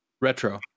Retro